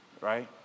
right